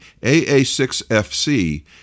AA6FC